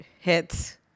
hits